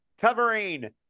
covering